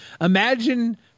Imagine